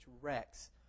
wrecks